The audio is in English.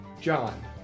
John